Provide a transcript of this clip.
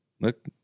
Look